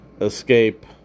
escape